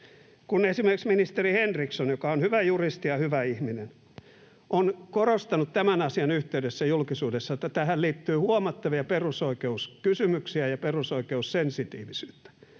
Kun esimerkiksi ministeri Henriksson, joka on hyvä juristi ja hyvä ihminen, on korostanut tämän asian yhteydessä julkisuudessa, että tähän liittyy huomattavia perusoikeuskysymyksiä ja perusoikeussensitiivisyyttä,